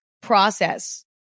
process